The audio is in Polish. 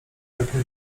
takie